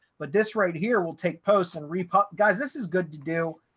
but this right here will take posts and repo guys, this is good to do.